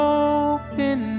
open